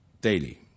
Daily